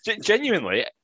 Genuinely